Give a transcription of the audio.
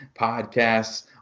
podcasts